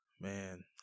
man